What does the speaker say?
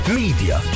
media